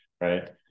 right